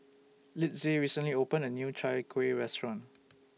Litzy recently opened A New Chai Kueh Restaurant